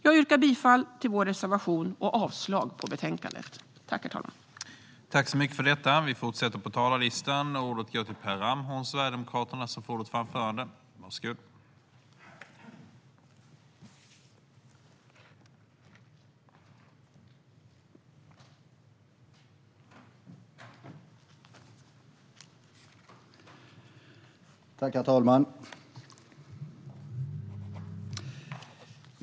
Jag yrkar bifall till vår reservation och avslag på utskottets förslag i betänkandet.